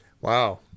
Wow